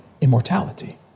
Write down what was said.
immortality